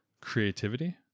creativity